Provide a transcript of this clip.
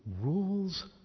rules